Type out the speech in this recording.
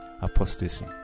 apostasy